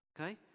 Okay